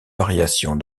variations